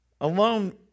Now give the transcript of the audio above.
alone